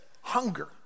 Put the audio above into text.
hunger